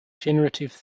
generative